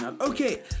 Okay